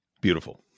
Beautiful